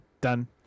Done